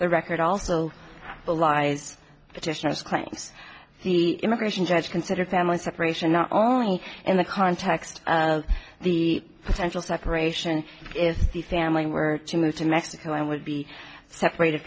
the record also belies petitioners claims he immigration judge considered family separation not only in the context of the potential separation is the family were to move to mexico and would be separated